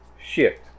shift